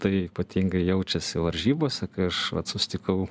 tai ypatingai jaučiasi varžybose kai aš vat susitikau